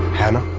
hannah.